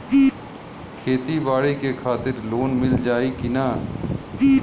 खेती बाडी के खातिर लोन मिल जाई किना?